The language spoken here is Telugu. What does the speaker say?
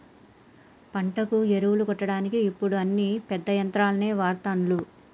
పంటకు ఎరువులు కొట్టడానికి ఇప్పుడు అన్ని పెద్ద యంత్రాలనే వాడ్తాన్లు